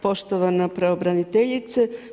Poštovana pravobraniteljice.